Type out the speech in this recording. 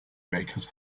bakers